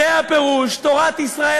זה הפירוש, תורת ישראל.